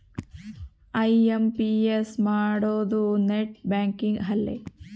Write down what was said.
IMPS ಮಾಡೋದು net banking ಅಲ್ಲೆ